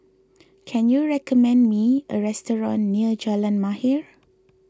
can you recommend me a restaurant near Jalan Mahir